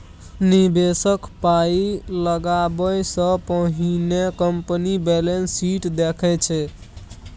निबेशक पाइ लगाबै सँ पहिने कंपनीक बैलेंस शीट देखै छै